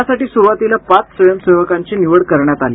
यासाठी सुरुवातीला पाच स्वयंसेवकांची निवड करण्यात आली